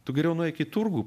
tu geriau nueik į turgų